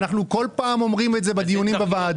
אנחנו אומרים את זה בכל פעם בדיונים בוועדות.